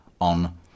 on